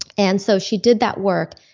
and so she did that work.